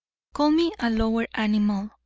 call me a lower animal,